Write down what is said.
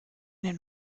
den